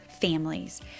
families